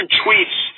tweets